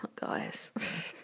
guys